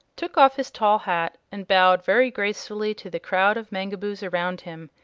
took off his tall hat, and bowed very gracefully to the crowd of mangaboos around him.